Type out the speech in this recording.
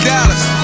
Dallas